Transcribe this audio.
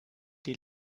die